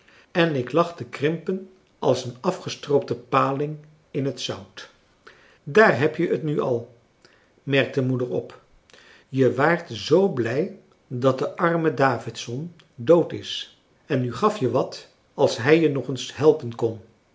en ik lag te krimpen als een afgestroopte paling in het zout daar heb je t nu al merkte moeder op je waart zoo blij dat de arme davidson dood is en nu gaf je wat als hij je nog eens helpen kon